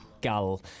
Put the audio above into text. Gull